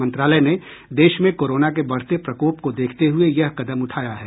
मंत्रालय ने देश में कोरोना के बढ़ते प्रकोप को देखते हुए ये कदम उठाया है